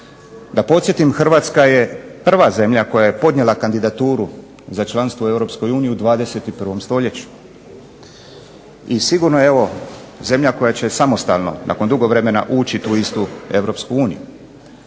Da podsjetim Hrvatska je prva zemlja koja je podnijela kandidaturu za članstvom u EU u 21. stoljeću. I sigurno evo zemlja koja će samostalno nakon dugo vremena ući u tu istu EU.